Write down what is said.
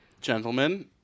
Gentlemen